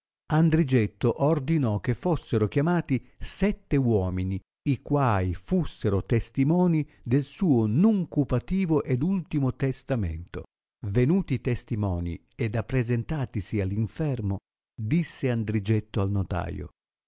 andrigetto ordinò che fossero chiamati sette uomini i quai fussero testimoni del suo nuncupativo ed ultimo testamento venuti i testimoni ed appresentatisi all infermo disse andrigetto al notaio